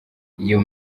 iyo